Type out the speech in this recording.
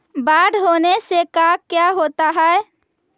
बाढ़ होने से का क्या होता है?